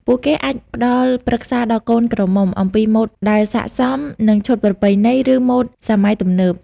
ពួកគេអាចផ្តល់ប្រឹក្សាដល់កូនក្រមុំអំពីម៉ូដដែលស័ក្តិសមនឹងឈុតប្រពៃណី ឬម៉ូដសម័យទំនើប។